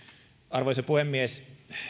arvoisa puhemies